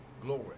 glory